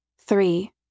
Three